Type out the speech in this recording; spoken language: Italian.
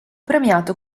premiato